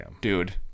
dude